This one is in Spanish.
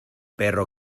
perro